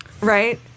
right